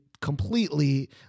completely